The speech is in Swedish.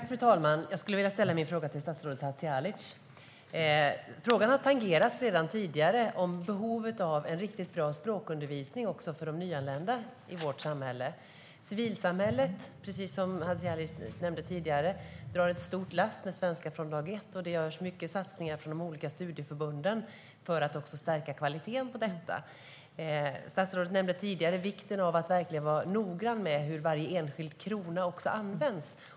Fru talman! Jag vill ställa min fråga till statsrådet Hadzialic. Frågan har tangerats redan tidigare. Det handlar om behovet av riktigt bra språkundervisning också för de nyanlända. Civilsamhället drar, precis som Hadzialic nämnde tidigare, ett stort lass med Svenska från dag ett. De olika studieförbunden gör många satsningar för att stärka kvaliteten på detta. Statsrådet nämnde tidigare vikten av att vara noggrann med hur varje enskild krona används.